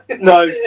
No